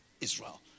Israel